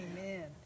Amen